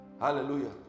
Hallelujah